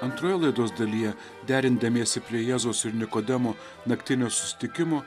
antroje laidos dalyje derindamiesi prie jėzaus ir nikodemo naktinio susitikimo